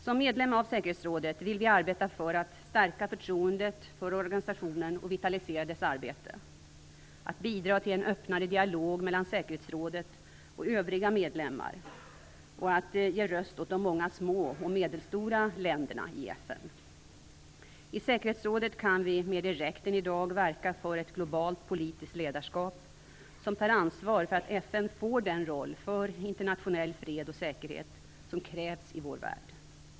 Som medlem av säkerhetsrådet vill vi arbeta för att stärka förtroendet för organisationen och vitalisera dess arbete, att bidra till en öppnare dialog mellan säkerhetsrådet och övriga medlemmar och ge röst åt de många små och medelstora länderna i FN. I säkerhetsrådet kan vi mer direkt än i dag verka för ett globalt politiskt ledarskap som tar ansvar för att FN får den roll för internationell fred och säkerhet som krävs i vår värld.